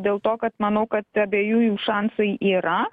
dėl to kad manau kad abiejų jų šansai yra